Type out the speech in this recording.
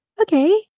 okay